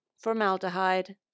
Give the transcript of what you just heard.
formaldehyde